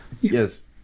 yes